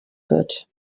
wird